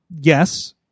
Yes